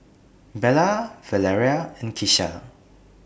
Bella Valeria and Kisha